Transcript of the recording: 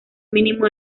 mínimo